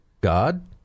God